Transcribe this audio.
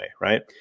right